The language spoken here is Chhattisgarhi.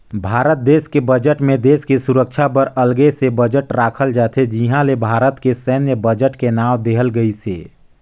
भारत देस के बजट मे देस के सुरक्छा बर अगले से बजट राखल जाथे जिहां ले भारत के सैन्य बजट के नांव देहल गइसे